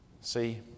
See